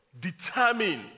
determine